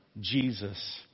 Jesus